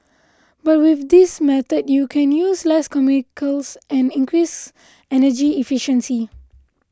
but with this method you can use less chemicals and increase energy efficiency